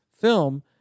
film